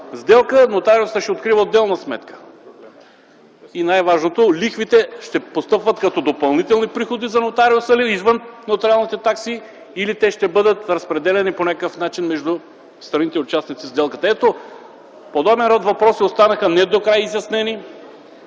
сделка нотариусът ще открива отделна сметка? И най-важното – лихвите ще постъпват като допълнителни приходи за нотариуса ли, извън нотариалните такси, или те ще бъдат разпределяни по някакъв начин между страните, участници в сделката? Подобен род въпроси останаха не докрай изяснени,